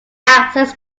access